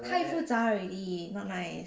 太复杂 already not nice